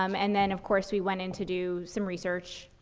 um and then, of course, we went in to do some research,